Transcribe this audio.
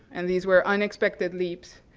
and these were unexpected leaps,